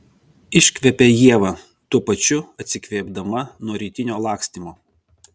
iškvepia ieva tuo pačiu atsikvėpdama nuo rytinio lakstymo